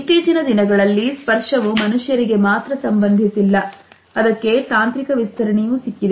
ಇತ್ತೀಚಿನ ದಿನಗಳಲ್ಲಿ ಸ್ಪರ್ಶವು ಮನುಷ್ಯರಿಗೆ ಮಾತ್ರ ಸಂಬಂಧಿಸಿಲ್ಲ ಅದಕ್ಕೆ ತಾಂತ್ರಿಕ ವಿಸ್ತರಣೆಯು ಸಿಕ್ಕಿದೆ